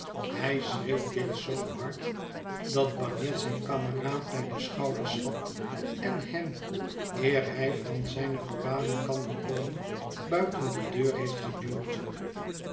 hij schreeuwt dit zoo hard dat bagnet zijn kameraad bij de schouders vat en hem eer hij van zijne verbazing kan bekomen buiten de deur heeft geduwd